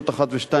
שאלות 1 ו-2,